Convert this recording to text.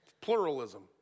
pluralism